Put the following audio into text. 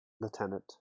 Lieutenant